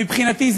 מבחינתי,